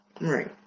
Right